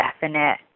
definite